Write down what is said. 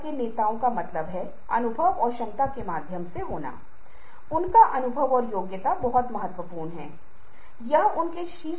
एक आपको इस बात से अवगत कराने के लिए कि एक बार जब आप क्षेत्र में अनुसंधान करना शुरू करते हैं तो आपको अहसास होता है कि अशाब्दिक संचार की बहुत लोकप्रिय धारणाएँ हैं चुटकी भर नमक के साथ स्वीकार करने की आवश्यकता है